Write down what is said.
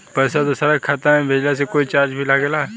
पैसा दोसरा के खाता मे भेजला के कोई चार्ज भी लागेला?